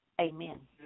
Amen